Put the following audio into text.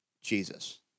Jesus